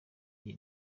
iyi